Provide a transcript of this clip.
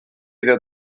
ddod